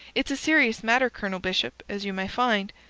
it's a serious matter, colonel bishop, as you may find.